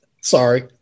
Sorry